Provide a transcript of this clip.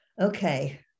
Okay